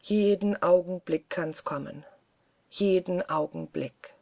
jeden augenblick kann's kommen jeden augenblick